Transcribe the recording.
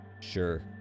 Sure